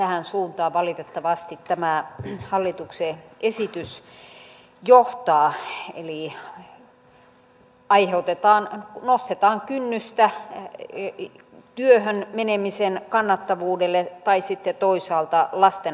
tähän suuntaan valitettavasti tämä hallituksen esitys johtaa eli nostetaan kynnystä työhön menemisen kannattavuuteen ja toisaalta lasten hankkimiseen